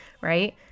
right